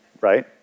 right